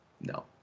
no